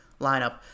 lineup